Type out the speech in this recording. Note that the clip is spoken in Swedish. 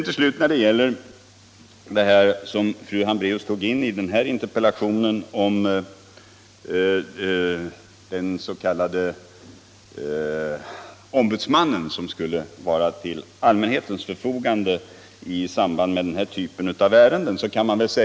Till slut vill jag kommentera det som fru Hambraeus tog upp i debatten om den ombudsman som skulle stå till allmänhetens förfogande vid miljöskyddsärenden.